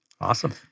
Awesome